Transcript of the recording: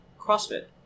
crossfit